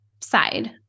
side